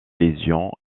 lésions